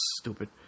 stupid